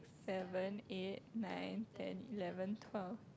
seven eight nine ten eleven twelve